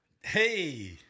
Hey